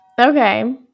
Okay